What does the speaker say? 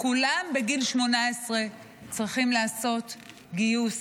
כולם בגיל 18 צריכים לעשות גיוס,